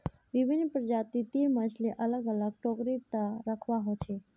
विभिन्न प्रजाति तीर मछली अलग अलग टोकरी त रखवा हो छे